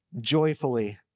joyfully